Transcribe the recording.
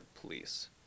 police